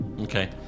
Okay